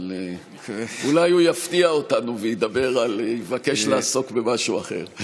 אבל אולי הוא יפתיע אותנו ויבקש לעסוק במשהו אחר.